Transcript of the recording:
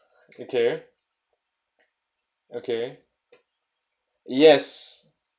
okay okay yes